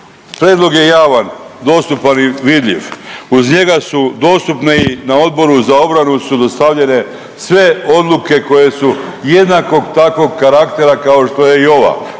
Prijedlog je javan, dostupan i vidljiv, uz njega su dostupni, na Odboru za obranu su dostavljene sve odluke koje su jednakog takvog karaktera kao što je i ova